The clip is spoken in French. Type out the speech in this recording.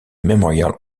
memorial